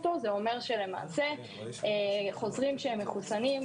זה אומר שלמעשה חוזרים שהם מחוסנים,